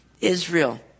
Israel